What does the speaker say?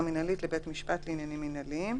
מינהלית לבית משפט לעניינים מינהליים.